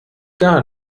gar